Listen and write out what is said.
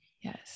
Yes